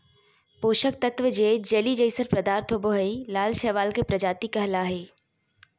पोषक तत्त्व जे जेली जइसन पदार्थ होबो हइ, लाल शैवाल के प्रजाति कहला हइ,